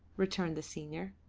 returned the senior.